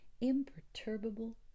imperturbable